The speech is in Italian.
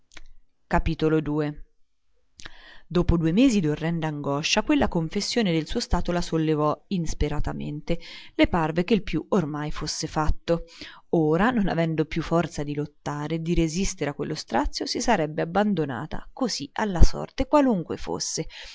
prima dopo due mesi d'orrenda angoscia quella confessione del suo stato la sollevò insperatamente le parve che il più ormai fosse fatto ora non avendo più forza di lottare di resistere a quello strazio si sarebbe abbandonata così alla sorte qualunque fosse